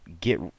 get